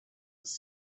was